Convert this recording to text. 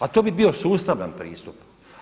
A to bi bio sustavan pristup.